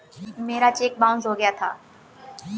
मेरा cheque bounce हो गया था